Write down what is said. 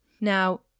Now